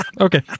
okay